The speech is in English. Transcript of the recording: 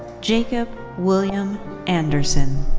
jacob william andersen.